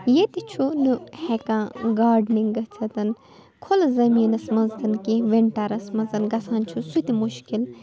ییٚتہِ چھُنہٕ ہٮ۪کان گارڈنِنٛگ گٔژِتھ کھُلہٕ زٔمیٖنَس منٛز تِنہٕ کِہیٖنۍ وِنٛٹَرَس منٛز گژھان چھُ سُہ تہِ مُشکِل